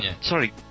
Sorry